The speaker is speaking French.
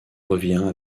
revient